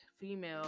female